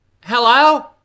Hello